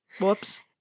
Whoops